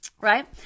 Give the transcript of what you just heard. right